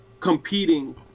competing